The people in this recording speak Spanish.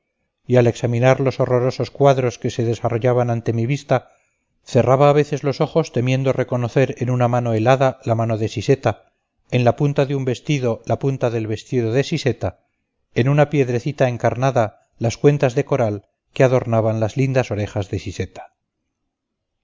y al examinar los horrorosos cuadros que se desarrollaban ante mi vista cerraba a veces los ojos temiendo reconocer en una mano helada la mano de siseta en la punta de un vestido la punta del vestido de siseta en una piedrecita encarnada las cuentas de coral que adornaban las lindas orejas